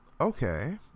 okay